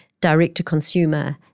direct-to-consumer